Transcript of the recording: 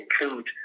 include